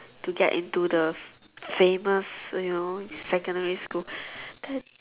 to get into the famous you know secondary school that